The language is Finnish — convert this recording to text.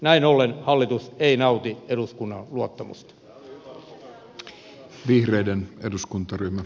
näin ollen hallitus ei nauti eduskunnan luottamusta